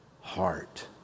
heart